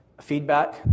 feedback